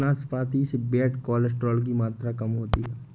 नाशपाती से bad cholesterol की मात्रा कम होती है